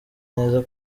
neza